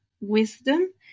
wisdom